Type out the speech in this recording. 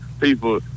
people